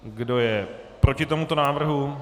Kdo je proti tomuto návrhu?